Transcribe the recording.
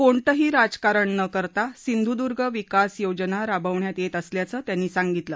कोणतंही राजकारण न करता सिंधुदुर्ग विकास योजना राबवण्यात येत असल्याचं त्यांनी सांगितलं